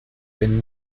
been